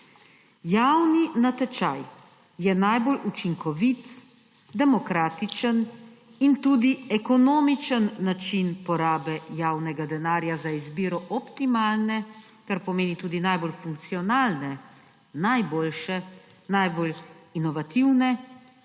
Javni natečaj je najbolj učinkovit, demokratičen in tudi ekonomičen način porabe javnega denarja za izbiro optimalne, kar pomeni tudi najbolj funkcionalne, najboljše rešitve,